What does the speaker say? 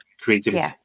creativity